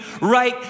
right